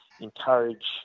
encourage